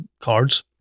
cards